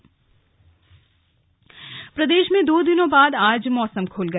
मौसम प्रदेश में दो दिनों बाद आज मौसम खुल गया